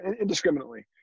indiscriminately